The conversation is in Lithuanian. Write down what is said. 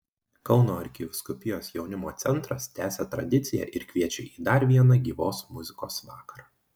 kauno arkivyskupijos jaunimo centras tęsia tradiciją ir kviečią į dar vieną gyvos muzikos vakarą